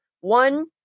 One